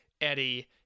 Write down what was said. Eddie